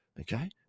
Okay